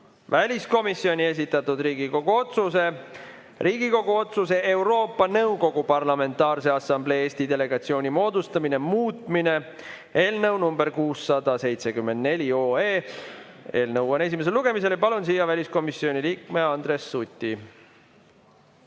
väliskomisjoni esitatud Riigikogu otsuse "Riigikogu otsuse "Euroopa Nõukogu Parlamentaarse Assamblee Eesti delegatsiooni moodustamine" muutmine" eelnõu nr 674. Eelnõu on esimesel lugemisel. Palun siia väliskomisjoni liikme Andres Suti.